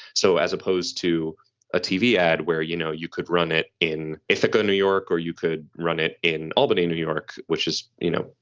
so as opposed to a tv ad where, you know, you could run it in ithaca, new york, or you could run it in albany, new york, which is, you know,